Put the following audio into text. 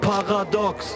Paradox